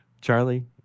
Charlie